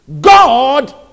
God